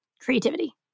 creativity